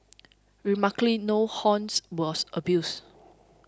remarkably no horns was abused